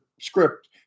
script